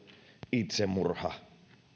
itsemurha